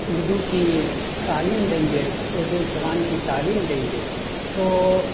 اردو کی تعلیم دیں گے اردو زبان کی تعلیم دیں گے تو